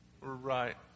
Right